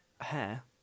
Hair